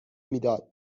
میداد